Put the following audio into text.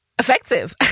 effective